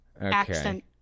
accent